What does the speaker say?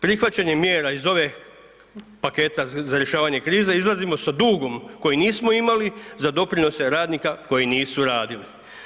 Prihvaćanje mjera iz ove paketa za rješavanje krize izlazimo sa dugom koji nismo imali za doprinose radnika koji nisu radili.